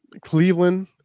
Cleveland